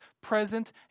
present